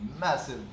massive